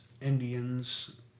Indians